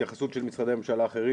התייחסות של משרדי הממשלה האחרים,